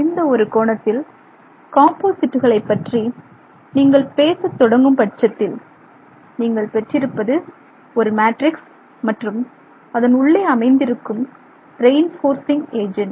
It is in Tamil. இந்த ஒரு கோணத்தில் காம்போசிட்டுகளை பற்றி நீங்கள் பேச தொடங்கும் பட்சத்தில் நீங்கள் பெற்றிருப்பது ஒரு மேட்ரிக்ஸ் மற்றும் அதன் உள்ளே அமைத்திருக்கும் ரெயின் போர்சிங் ஏஜென்ட்